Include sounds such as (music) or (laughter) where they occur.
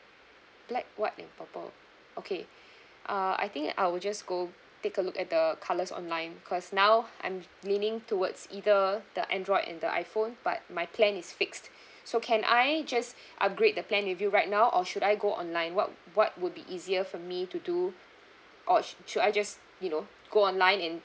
black white and purple okay (breath) uh I think I'll just go take a look at the colours online because now I'm leaning towards either the android and the iphone but my plan is fixed (breath) so can I just (breath) upgrade the plan with you right now or should I go online what what would be easier for me to do or shou~ should I just you know go online and